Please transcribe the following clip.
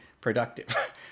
productive